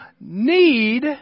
need